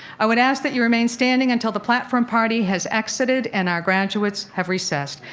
i would ask that you remain standing until the platform party has exited and our graduates have recessed.